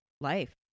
life